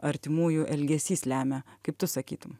artimųjų elgesys lemia kaip tu sakytum